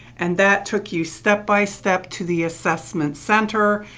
and that took you step by step to the assessment center,